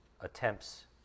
attempts